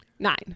nine